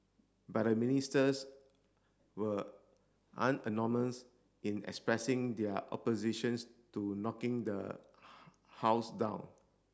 but the Ministers were in expressing their oppositions to knocking the house down